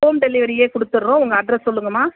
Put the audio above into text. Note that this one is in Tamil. ஹோம் டெலிவரியே கொடுத்துட்றோம் உங்கள் அட்ரஸ் சொல்லுங்கம்மா